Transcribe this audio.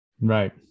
Right